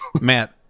Matt